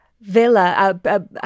villa